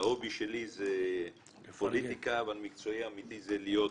ההובי שלי זה פוליטיקה והמקצועי האמיתי זה להיות